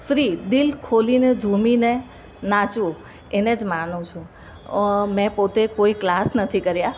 free દિલ ખોલીને ઝૂમીને નાચવું એને જ માનું છું મેં પોતે કોઈ ક્લાસ નથી કર્યા